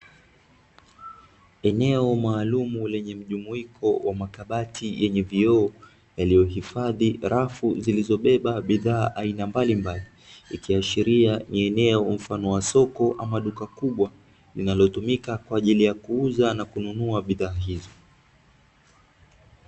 Eneo maalumu lenye mjumuiko wa makabati yenye vioo, yaliyohifadhi rafu zilizobeba bidhaa aina mbalimbali, ikiashiria ni eneo mfano wa soko ama duka kubwa linalotumika kwa ajili ya kuuza na kununua bidhaa hizo.